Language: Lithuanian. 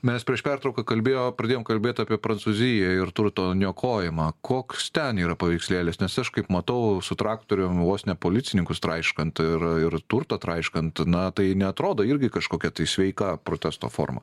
mes prieš pertrauką kalbėjo pradėjom kalbėt apie prancūziją ir turto niokojimą koks ten yra paveikslėlis nes aš kaip matau su traktorium vos ne policininkus traiškant ir ir turtą traiškant na tai neatrodo irgi kažkokia tai sveika protesto forma